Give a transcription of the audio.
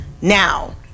now